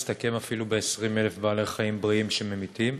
מסתכם אפילו ב-20,000 בעלי-חיים בריאים שממיתים.